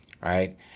right